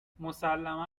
مسلما